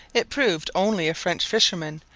it proved only a french fisherman,